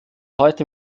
heute